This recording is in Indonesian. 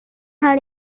hal